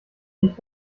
nicht